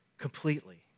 Completely